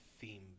theme